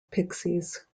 pixies